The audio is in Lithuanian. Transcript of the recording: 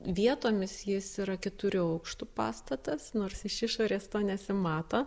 vietomis jis yra keturių aukštų pastatas nors iš išorės to nesimato